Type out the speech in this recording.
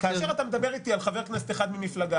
כאשר אתה מדבר איתי על חבר כנסת אחד ממפלגה,